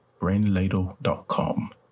BrainLadle.com